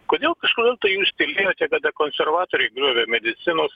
kodėl kažkodėl tai jūs tylėjote kada konservatoriai griovė medicinos